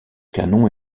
canon